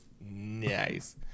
nice